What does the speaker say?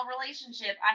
relationship